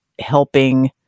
helping